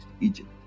Egypt